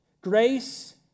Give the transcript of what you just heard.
grace